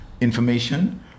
information